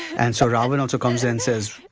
and so ravana also comes and says,